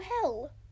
hell